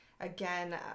Again